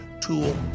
tool